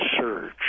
surge